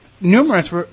numerous